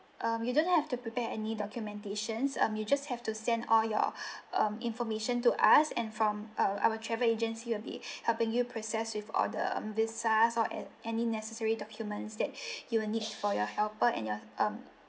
um you don't have to prepare any documentations um you just have to send all your um information to us and from uh our travel agency we'll be helping you process with all the um visas or an~ any necessary documents that you will need for your helper and your um